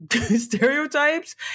stereotypes